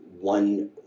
one